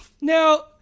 Now